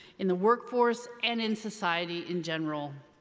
in the workforce and in society in general.